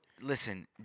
Listen